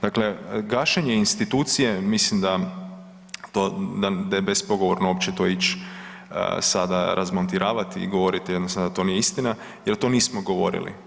Dakle, gašenje institucije mislim da to, da je bespogovorno uopće to ići sada razmontiravati i govoriti jednostavno da to nije istina jer to nismo govorili.